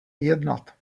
jednat